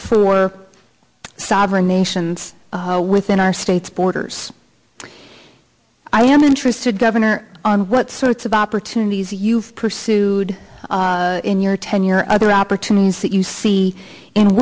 for sovereign nations within our state borders i am interested governor on what sorts of opportunities you've pursued in your tenure other opportunities that you see in